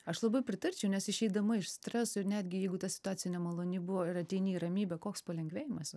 aš labai pritarčiau nes išeidama iš streso ir netgi jeigu ta situacija nemaloni buvo ir ateini į ramybę koks palengvėjimas